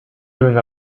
doing